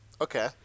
Okay